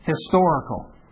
historical